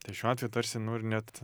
tai šiuo atveju tarsi nu ir net